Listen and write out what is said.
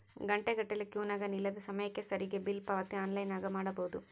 ಘಂಟೆಗಟ್ಟಲೆ ಕ್ಯೂನಗ ನಿಲ್ಲದೆ ಸಮಯಕ್ಕೆ ಸರಿಗಿ ಬಿಲ್ ಪಾವತಿ ಆನ್ಲೈನ್ನಾಗ ಮಾಡಬೊದು